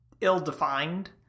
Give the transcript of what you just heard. ill-defined